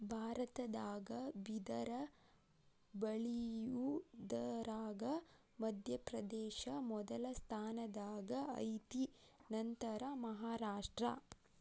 ಭಾರತದಾಗ ಬಿದರ ಬಳಿಯುದರಾಗ ಮಧ್ಯಪ್ರದೇಶ ಮೊದಲ ಸ್ಥಾನದಾಗ ಐತಿ ನಂತರಾ ಮಹಾರಾಷ್ಟ್ರ